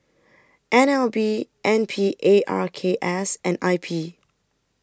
N L B N P A R K S and I P